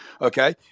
Okay